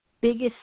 biggest